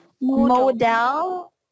model